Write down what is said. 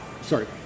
Sorry